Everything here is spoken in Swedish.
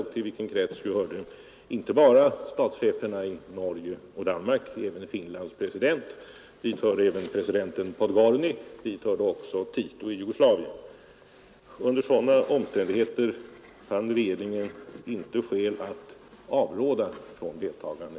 Till de inbjudna som hade accepterat hörde inte bara statscheferna i Norge och Danmark samt Finlands president utan även president Podgornyj och Tito i Jugoslavien. Under sådana omständigheter fann regeringen inte skäl att avråda från deltagande.